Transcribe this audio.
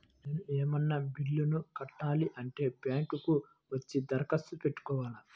నేను ఏమన్నా బిల్లును కట్టాలి అంటే బ్యాంకు కు వచ్చి దరఖాస్తు పెట్టుకోవాలా?